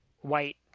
white